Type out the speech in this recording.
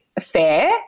fair